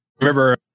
remember